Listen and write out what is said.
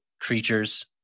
creatures